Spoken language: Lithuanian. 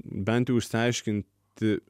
bent jau išsiaiškinti